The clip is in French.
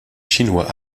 chinois